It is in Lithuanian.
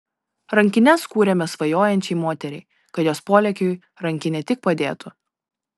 rankines kūrėme svajojančiai moteriai kad jos polėkiui rankinė tik padėtų